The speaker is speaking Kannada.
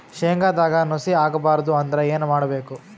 ಶೇಂಗದಾಗ ನುಸಿ ಆಗಬಾರದು ಅಂದ್ರ ಏನು ಮಾಡಬೇಕು?